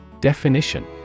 Definition